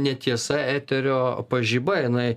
netiesa eterio pažiba jinai